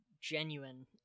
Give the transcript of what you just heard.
genuine